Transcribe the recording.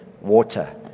water